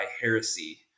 Heresy